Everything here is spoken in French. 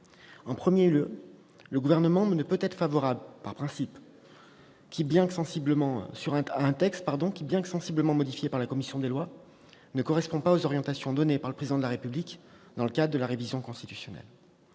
En premier lieu, le Gouvernement ne peut être favorable, par principe, à un texte qui, bien que sensiblement modifié par la commission des lois, ne correspond pas aux orientations données par le Président de la République dans le cadre de la révision constitutionnelle.